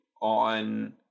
on